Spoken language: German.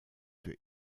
für